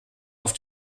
auf